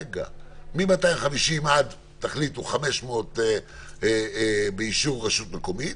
מ-250 עד, תחליטו, 500 באישור רשות מקומית.